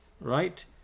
Right